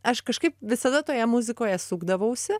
aš kažkaip visada toje muzikoje sukdavausi